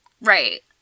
Right